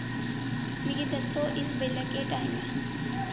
मिगी दस्सो इस बेल्लै केह् टाइम ऐ